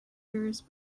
years